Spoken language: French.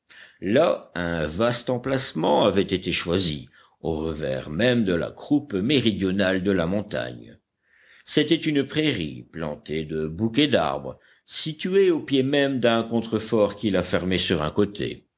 là un vaste emplacement avait été choisi au revers même de la croupe méridionale de la montagne c'était une prairie plantée de bouquets d'arbres située au pied même d'un contrefort qui la fermait sur un côté